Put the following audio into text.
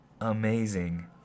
amazing